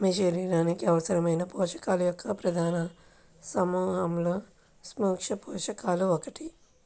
మీ శరీరానికి అవసరమైన పోషకాల యొక్క ప్రధాన సమూహాలలో సూక్ష్మపోషకాలు ఒకటి